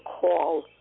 call